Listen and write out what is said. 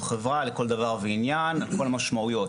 זו חברה לכל דבר ועניין, עם כל המשמעויות.